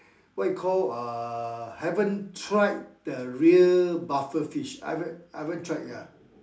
what you call uh I haven't tried the real puffer fish I haven't I haven't tried ya